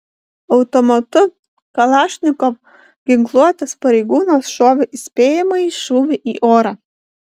automatu kalašnikov ginkluotas pareigūnas šovė įspėjamąjį šūvį į orą